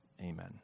Amen